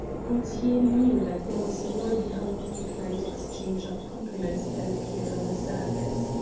gaultier knew that there was more behind the apparent exchange of compliments than appeared on the surface.